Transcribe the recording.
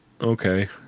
Okay